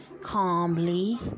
calmly